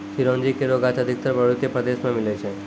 चिरौंजी केरो गाछ अधिकतर पर्वतीय प्रदेश म मिलै छै